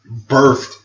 birthed